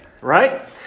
Right